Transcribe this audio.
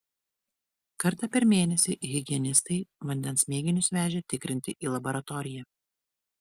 kartą per mėnesį higienistai vandens mėginius vežė tikrinti į laboratoriją